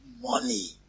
money